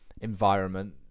environment